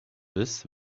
this